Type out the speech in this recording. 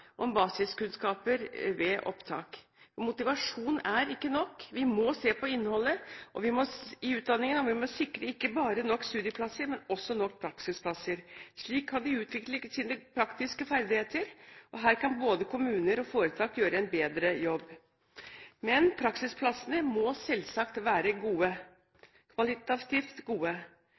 om basiskunnskaper ved opptak. Motivasjon er ikke nok, vi må se på innholdet i utdanningen. Vi må sikre ikke bare nok studieplasser, men også nok praksisplasser. Slik kan de utvikle sine praktiske ferdigheter. Her kan både kommuner og foretak gjøre en bedre jobb. Men praksisplassene må selvsagt være kvalitativt gode. Sykepleierne skal ikke bare ha gode